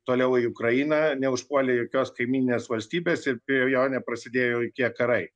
toliau į ukrainą neužpuolė jokios kaimyninės valstybės ir prie jo neprasidėjo jokie karai